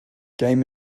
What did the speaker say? game